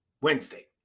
Wednesday